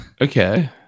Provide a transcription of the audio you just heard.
Okay